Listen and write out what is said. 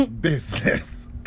business